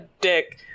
dick